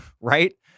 right